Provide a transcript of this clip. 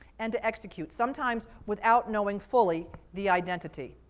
and to execute, sometimes without knowing fully the identity.